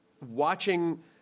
watching